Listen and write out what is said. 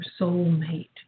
soulmate